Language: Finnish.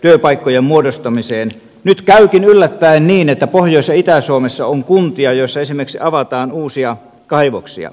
työpaikkojen muodostamiseen että nyt käykin yllättäen niin että pohjois ja itä suomessa on kuntia joissa esimerkiksi avataan uusia kaivoksia